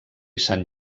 sant